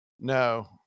no